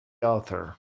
author